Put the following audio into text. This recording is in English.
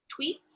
tweets